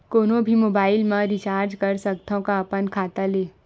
कोनो भी मोबाइल मा रिचार्ज कर सकथव का अपन खाता ले?